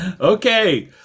okay